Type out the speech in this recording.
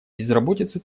безработицы